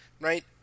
Right